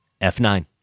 F9